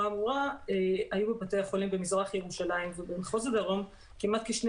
האמורה היו בבתי החולים במזרח ירושלים ובמחוז הדרום כשני